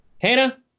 Hannah